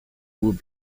would